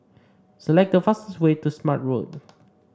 select the fastest way to Smart Road